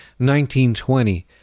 1920